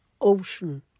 ocean